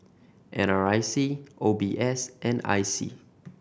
N R I C O B S and I C